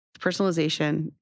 personalization